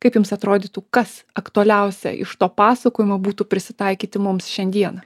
kaip jums atrodytų kas aktualiausia iš to pasakojimo būtų prisitaikyti mums šiandieną